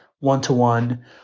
One-to-one